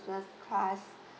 business class